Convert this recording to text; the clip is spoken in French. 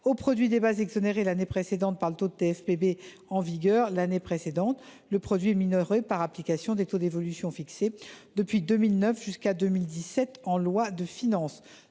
au produit des bases exonérées l’année précédente par le taux de TFPB en vigueur l’année précédente. Le produit est minoré par application des taux d’évolution fixés depuis 2009 et jusqu’en 2017 en loi de finances.